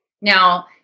Now